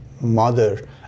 mother